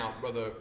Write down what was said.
Brother